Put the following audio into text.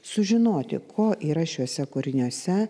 sužinoti ko yra šiuose kūriniuose